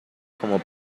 como